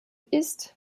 ist